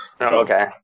Okay